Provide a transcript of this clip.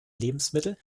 lebensmittel